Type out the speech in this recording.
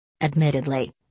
Admittedly